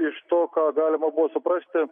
iš to ką galima buvo suprasti